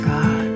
God